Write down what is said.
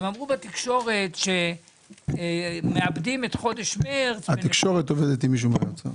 בתקשורת אמרו שמאבדים את חודש מרץ --- התקשורת עובדת עם מישהו מהאוצר.